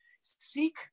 Seek